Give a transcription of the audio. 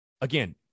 again